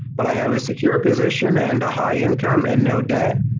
but i have a secure position and a high income and no debt.